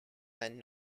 and